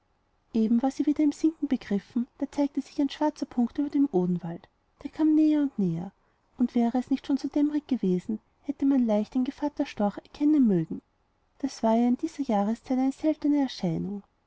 eben war sie wieder im sinken begriffen da zeigte sich ein schwarzer punkt über dem odenwald der kam näher und näher und wäre es nicht schon so dämmerig gewesen hätte man leicht den gevatter storch erkennen mögen das war ja in dieser jahreszeit eine seltene erscheinung